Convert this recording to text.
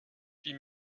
huit